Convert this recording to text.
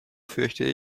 fürchte